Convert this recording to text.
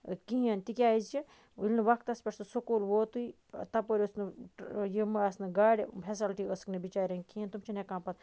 کِہیٖنۍ تکیاز ییٚلہِ نہٕ وقتَس پیٚٹھ سُہ سُکول ووتُے تپٲر ٲسۍ نہٕ یِم آسہ نہٕ گاڈِ فیسَلٹی ٲسٕکھ نہٕ کِہِنۍ تِم چھنہٕ ہیٚکان پَتہٕ